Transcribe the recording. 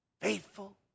faithful